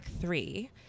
three